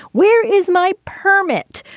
where is my permit?